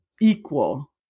equal